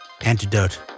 Antidote